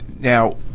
Now